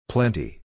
Plenty